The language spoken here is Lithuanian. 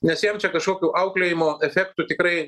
nes jam čia kažkokių auklėjimo efektų tikrai